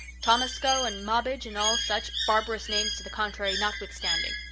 tomascow and mobbage and all such barbarous names to the contrary notwithstanding.